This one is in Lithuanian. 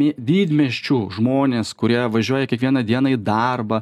į didmiesčių žmones kurie važiuoja kiekvieną dieną į darbą